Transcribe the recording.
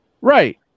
right